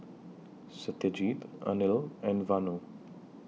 Satyajit Anil and Vanu